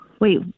Wait